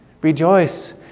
Rejoice